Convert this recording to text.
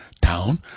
town